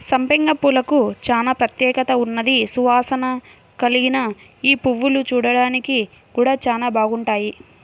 సంపెంగ పూలకు చానా ప్రత్యేకత ఉన్నది, సువాసన కల్గిన యీ పువ్వులు చూడ్డానికి గూడా చానా బాగుంటాయి